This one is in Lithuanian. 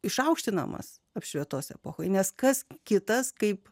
išaukštinamas apšvietos epochoje nes kas kitas kaip